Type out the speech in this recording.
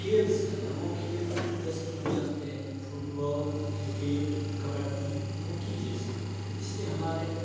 खेल से है और वह खेल जैसे कि हम जानते हैं फुटबॉल क्रिकेट कबड्डी हॉकी जैसे इससे हमारे